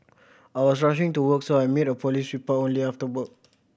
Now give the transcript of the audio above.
I was rushing to work so I made a police report only after work